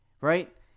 Right